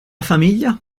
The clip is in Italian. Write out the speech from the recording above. famiglia